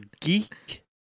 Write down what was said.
geek